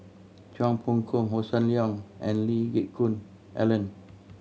Chua Phung Kim Hossan Leong and Lee Geck Hoon Ellen